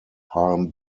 palm